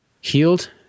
Healed